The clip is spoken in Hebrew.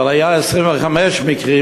אבל היו 25 מקרים,